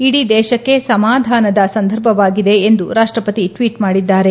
ಇಡೀ ದೇಶಕ್ಕೆ ಸಮಾಧಾನದ ಸಂದರ್ಭವಾಗಿದೆ ಎಂದು ರಾಷ್ಟಪತಿ ಟ್ವೀಟ್ ಮಾಡಿದ್ದಾರೆ